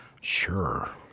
Sure